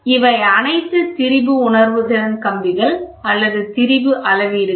இவை அனைத்தும் திரிபு உணர்திறன் கம்பிகள் அல்லது திரிபு அளவீடுகள்